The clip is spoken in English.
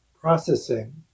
processing